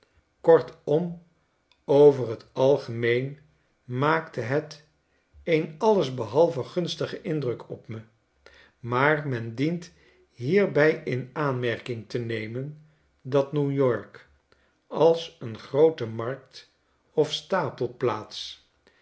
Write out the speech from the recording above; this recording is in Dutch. kortom over t algemeen maakte het een alles behalve gunstigen indruk op me maar men dient hierbij in aanmerking te nemen dat new-york als een groote markt of stapelplaats